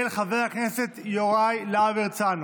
של חבר הכנסת יוראי להב הרצנו.